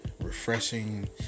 refreshing